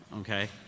Okay